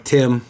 Tim